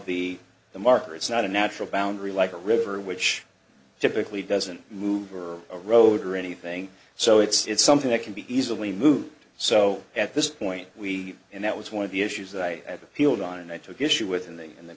the the marker it's not a natural boundary like a river which typically doesn't move or a road or anything so it's something that can be easily moved so at this point we and that was one of the issues that i have appealed on and i took issue with in the in the